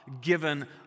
given